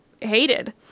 hated